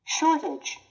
Shortage